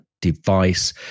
device